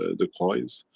the coins.